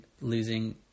losing